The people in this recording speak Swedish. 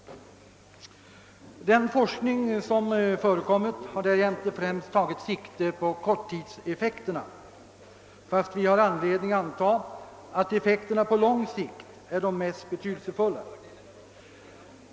Den forskning som förekommit har också främst tagit sikte på korttidseffekterna, men vi har anledning anta att effekterna på lång sikt är de mest betydelsefulla.